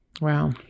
Wow